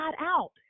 out